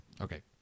Okay